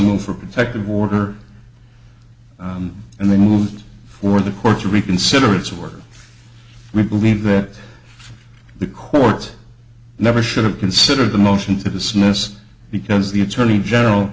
protect the border and then moved for the court to reconsider its work we believe that the courts never should have considered the motion to dismiss because the attorney general